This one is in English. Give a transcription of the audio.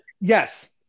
yes